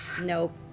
Nope